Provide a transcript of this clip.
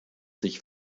sich